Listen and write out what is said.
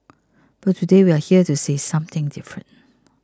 but today we're here to say something different